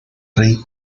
rey